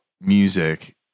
music